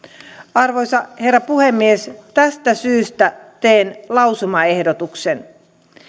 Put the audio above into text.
arvoisa herra puhemies tästä syystä teen lausumaehdotuksen